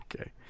Okay